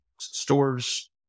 stores